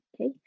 okay